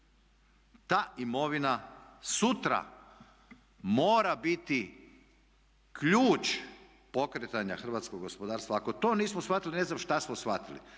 Ta imovina sutra mora biti ključ pokretanja hrvatskog gospodarstva. Ako to nismo shvatili ne znam šta smo shvatili.